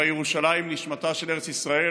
הרי ירושלים היא נשמתה של ארץ ישראל.